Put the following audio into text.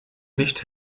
nicht